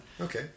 Okay